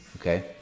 okay